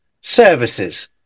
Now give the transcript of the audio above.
services